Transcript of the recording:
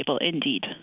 indeed